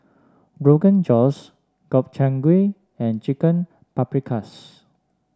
Rogan Josh Gobchang Gui and Chicken Paprikas